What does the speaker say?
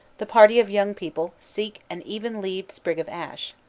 the party of young people seek an even-leaved sprig of ash.